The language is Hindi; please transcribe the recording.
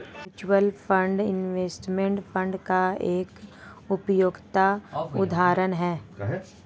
म्यूचूअल फंड इनवेस्टमेंट फंड का एक उपयुक्त उदाहरण है